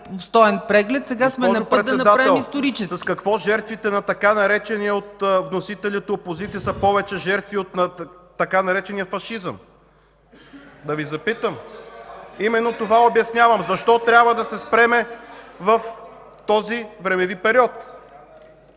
с какво жертвите на така наречената от вносителите „опозиция” са повече жертви от така наречения „фашизъм” – да Ви запитам?! (Реплики от ГЕРБ.) Именно това обяснявам. Защо трябва да се спрем в този времеви период?